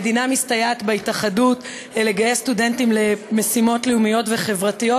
המדינה מסתייעת בהתאחדות לגיוס סטודנטים למשימות לאומיות וחברתיות,